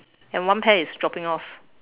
and one pear is dropping off